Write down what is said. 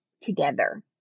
together